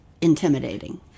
intimidating